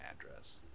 address